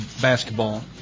basketball